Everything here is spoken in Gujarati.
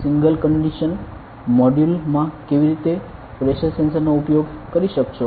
સિંગલ ક્ન્ડિશન મોડ્યુલ માં કેવી રીતે પ્રેશર સેન્સર નો ઉપયોગ કરી શકશો